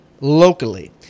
locally